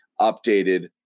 updated